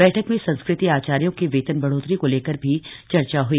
बैठक में संस्कृत आचार्यों के वेतन बढ़ोतरी को लेकर भी चर्चा हुई